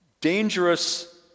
dangerous